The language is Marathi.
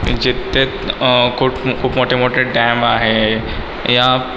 जेथे खूट खूप मोठे मोठे डॅम आहे या